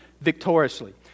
victoriously